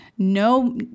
No